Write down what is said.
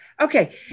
Okay